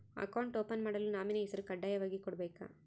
Account open ಮಾಡಲು nominee ಹೆಸರು ಕಡ್ಡಾಯವಾಗಿ ಕೊಡಬೇಕಾ?